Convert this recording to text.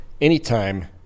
anytime